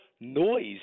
noise